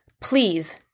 Please